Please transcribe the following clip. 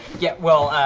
yeah, well, ah,